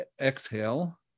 exhale